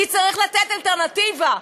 כי צריך לתת אלטרנטיבה,